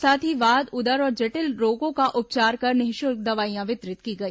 साथ ही वात उदर और जटिल रोगों का उपचार कर निःशुल्क दवाइयां वितरित की गई